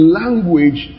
language